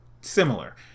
similar